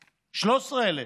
13,000,